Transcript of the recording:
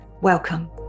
welcome